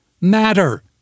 matter